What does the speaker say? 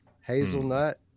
hazelnut